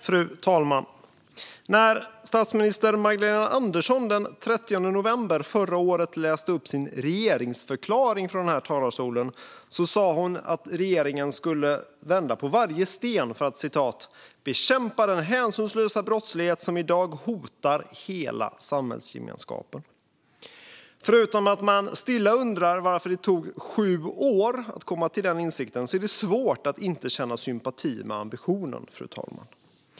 Fru talman! När statsminister Magdalena Andersson den 30 november förra året läste upp sin regeringsförklaring från den här talarstolen sa hon att regeringen skulle vända på varje sten för att "bekämpa den hänsynslösa brottslighet som idag hotar hela samhällsgemenskapen". Förutom att man stilla undrar varför det tog sju år att komma till den insikten är det svårt att inte känna sympati med ambitionen, fru talman.